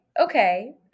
Okay